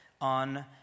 on